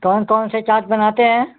कौन कौन से चाट बनाते हैं